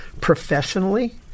professionally